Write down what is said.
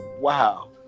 Wow